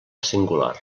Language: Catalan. singular